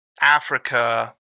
Africa